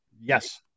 Yes